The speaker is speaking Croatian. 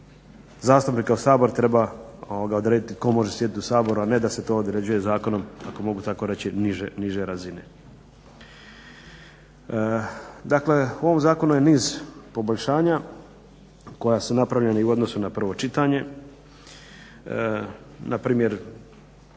zastupnika u Sabor treba odrediti tko može sjediti u Saboru, a ne da se to određuje zakonom ako mogu tako reći niže razine. Dakle, u ovom zakonu je niz poboljšanja koja su napravljena i u odnosu na prvo čitanje. Na primjer